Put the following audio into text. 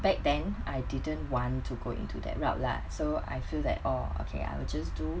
back then I didn't want to go into that route lah so I feel that orh okay I will just do